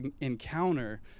encounter